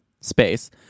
space